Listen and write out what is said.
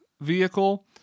vehicle